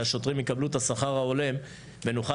שהשוטרים יקבלו את השכר ההולם ונוכל